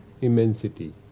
immensity